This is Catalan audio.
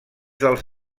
dels